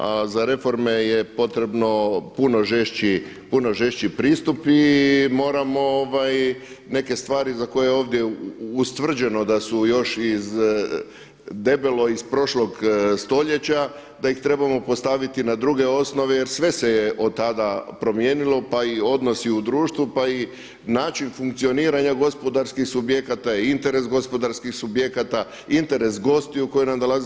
A za reforme je potrebno puno žešći pristup i moramo neke stvari za koje je ovdje ustvrđeno da su još debelo iz prošlog stoljeća, da ih trebamo postaviti na druge osnove jer sve se je od tada promijenilo pa i odnosi u društvu pa i način funkcioniranja gospodarskih subjekata i interes gospodarskih subjekata, interes gostiju koji nam dolaze.